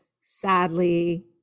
sadly